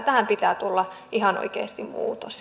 tähän pitää tulla ihan oikeasti muutos